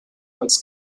als